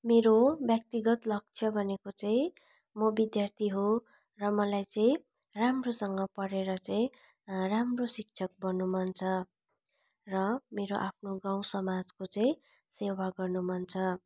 मेरो व्यक्तिगत लक्ष्य भनेको चाहिँ म विद्यार्थी हो र मलाई चाहिँ राम्रोसँग पढेर चाहिँ राम्रो शिक्षक बन्नु मन छ र मेरो आफ्नो गाउँ समाजको चाहिँ सेवा गर्नु मन छ